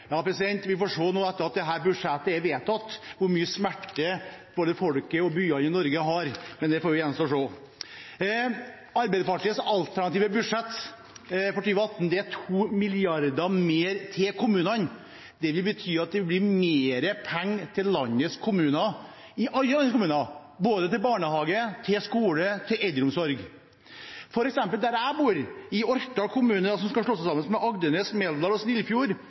Ja, vi får se, etter at dette budsjettet er vedtatt, hvor mye smerte det har påført både folk og byer i Norge. Det gjenstår å se. I Arbeiderpartiets alternative budsjett for 2018 er det 2 mrd. kr mer til kommunene. Det betyr at det vil bli mer penger til landets kommuner – til alle landets kommuner – både til barnehage, til skole og til eldreomsorg. For eksempel der jeg bor, i Orkdal kommune, som skal slå seg sammen med Agdenes, Meldal og Snillfjord,